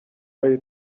های